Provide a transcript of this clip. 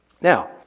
Now